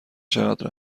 چقدر